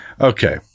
Okay